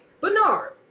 Bernard